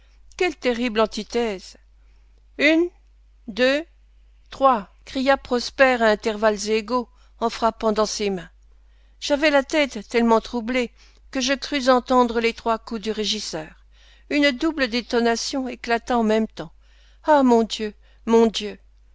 quelle terrible antithèse une deux trois cria prosper à intervalles égaux en frappant dans ses mains j'avais la tête tellement troublée que je crus entendre les trois coups du régisseur une double détonation éclata en même temps ah mon dieu mon dieu